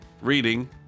reading